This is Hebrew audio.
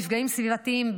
מפגעים סביבתיים,